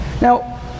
Now